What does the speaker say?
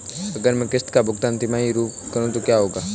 अगर मैं किश्त का भुगतान तिमाही में करूं तो क्या होगा?